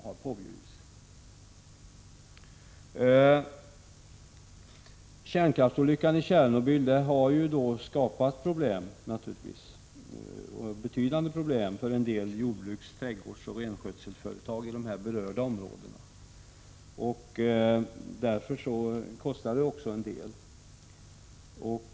Den frågan berördes också av Per-Richard Molén. Tjernobylolyckan har naturligtvis skapat betydande problem för en del jordbruks-, trädgårdsoch renskötselföretag i berörda områden. Olyckan har också medfört en del kostnader.